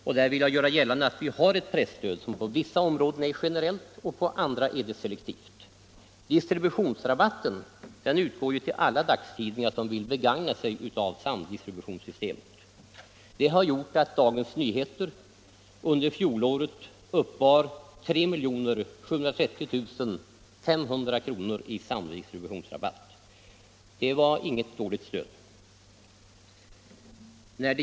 Jag vill göra gällande att vi har ett presstöd som på vissa områden är generellt och på andra selektivt. Distributionsrabatten utgår ju till alla dagstidningar som vill begagna sig av samdistributionssystemet. Det har gjort att Dagens Nyheter under fjolåret uppbar 3 730 500 kr. i samdistributionsrabatt. Det var inget dåligt stöd.